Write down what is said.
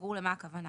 ברור למה הכוונה.